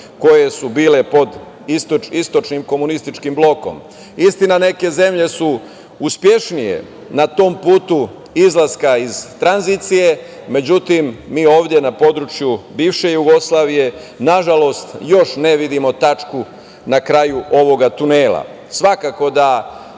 koje su bile pod istočnim komunističkim blokom. Istina, neke zemlje su uspešnije na tom putu izlaska iz tranzicije, međutim mi ovde na području bivše Jugoslavije, nažalost, još ne vidimo tačku na kraju ovog tunela. Svakako da